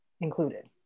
included